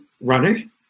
running